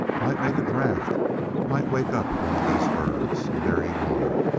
might make a draught might wake up one of these birds. and there you are.